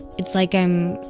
it's like i'm.